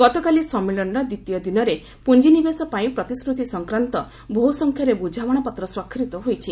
ଗତକାଲି ସମ୍ମିଳନୀର ଦ୍ୱିତୀୟ ଦିନରେ ପୁଞ୍ଜିନିବେଶ ପାଇଁ ପ୍ରତିଶ୍ରତି ସଂକ୍ରାନ୍ତ ବହୁସଂଖ୍ୟାରେ ବୁଝାମଣ ପତ୍ର ସ୍ୱାକ୍ଷରିତ ହୋଇଛି